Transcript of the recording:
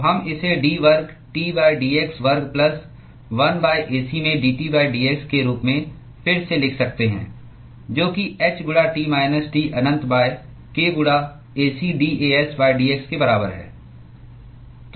तो हम इसे d वर्ग T dx वर्ग प्लस 1 Ac में dT dx के रूप में फिर से लिख सकते हैं जो कि h गुणा T माइनस T अनंत k गुणा Ac dAs dx के बराबर है